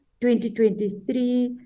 2023